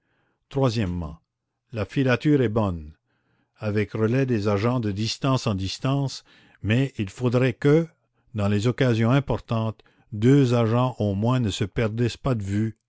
troisièmement la filature est bonne avec relais des agents de distance en distance mais il faudrait que dans les occasions importantes deux agents au moins ne se perdissent pas de vue